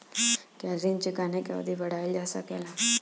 क्या ऋण चुकाने की अवधि बढ़ाईल जा सकेला?